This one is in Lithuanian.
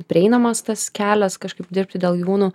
prieinamas tas kelias kažkaip dirbti dėl gyvūnų